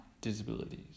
disabilities